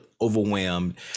overwhelmed